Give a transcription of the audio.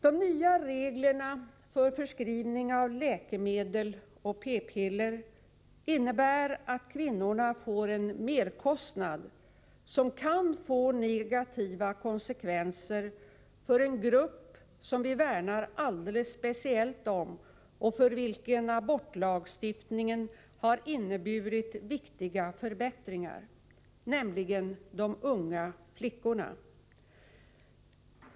De nya reglerna för förskrivning av läkemedel och p-piller innebär att kvinnorna får en merkostnad som kan få negativa konsekvenser för en grupp som vi värnar alldeles speciellt om och för vilken abortlagstiftningen har inneburit viktiga förbättringar, nämligen de unga fickorna.